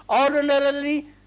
ordinarily